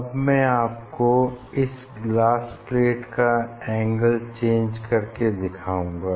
अब मैं आपको इस ग्लास प्लेट का एंगल चेंज करके दिखाऊंगा